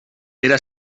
era